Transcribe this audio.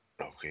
Okay